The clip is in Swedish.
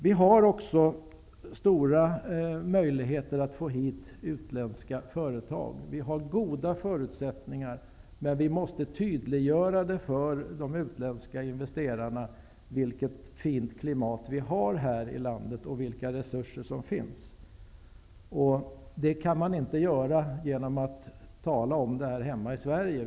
Vi har också stora möjligheter att få hit utländska företag. Vi har goda förutsättningar, men vi måste tydliggöra för de utländska investerarna vilket fint klimat vi har här i landet och vilka resurser som finns. Det kan man inte göra genom att tala om det här hemma i Sverige.